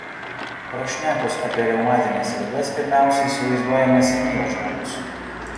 prašnekus apie reumatines ligas pirmiausia įsivaizduojamas senyvas žmogus